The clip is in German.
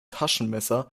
taschenmesser